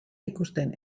ikusten